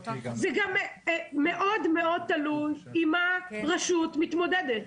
זה מאוד מאוד תלוי עם מה הרשות מתמודדת.